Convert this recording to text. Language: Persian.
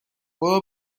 برو